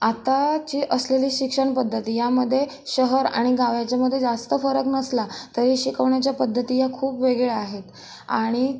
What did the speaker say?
आत्ताची असलेली शिक्षण पद्धती यामध्ये शहर आणि गांव याच्यामध्ये जास्त फरक नसला तरी शिकवण्याच्या पद्धती या खूप वेगळ्या आहेत आणि